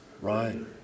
right